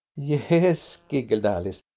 yes, giggled alice.